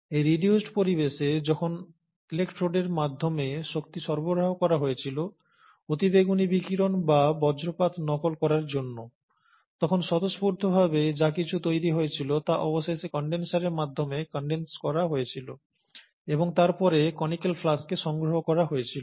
এই রিডিউসড পরিবেশে যখন ইলেকট্রোডের মাধ্যমে শক্তি সরবরাহ করা হয়েছিল অতি বেগুনি বিকিরণ বা বজ্রপাত নকল করার জন্য তখন স্বতঃস্ফূর্তভাবে যা কিছু তৈরি হয়েছিল তা অবশেষে কনডেন্সারের মাধ্যমে কনডেন্স করা হয়েছিল এবং তারপরে কনিক্যাল ফ্লাস্কে সংগ্রহ করা হয়েছিল